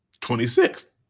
26th